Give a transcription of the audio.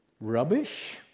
rubbish